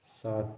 सात